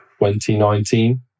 2019